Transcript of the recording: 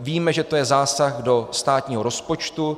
Víme, že to je zásah do státního rozpočtu.